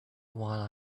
while